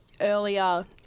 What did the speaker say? earlier